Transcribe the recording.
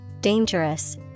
dangerous